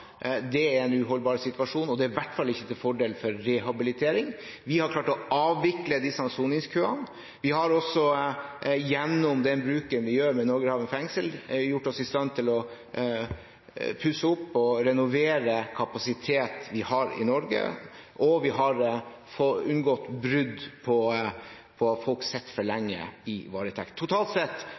Det er en uholdbar situasjon, og det er i hvert fall ikke til fordel for rehabilitering. Vi har klart å avvikle disse soningskøene. Vi har også gjennom vår bruk av Norgerhaven fengsel vært i stand til å pusse opp og renovere kapasitet vi har i Norge, og vi har unngått brudd på at folk sitter for lenge i varetekt. Totalt sett